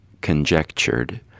conjectured